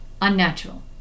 unnatural